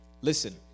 Listen